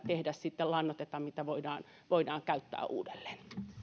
niistä tehdä sitten lannoitetta mitä voidaan voidaan käyttää uudelleen